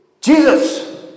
Jesus